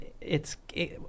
it's-